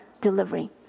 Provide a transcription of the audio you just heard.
delivery